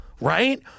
right